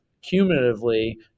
cumulatively